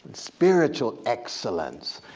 spiritual excellence,